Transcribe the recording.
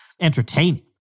entertaining